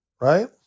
Right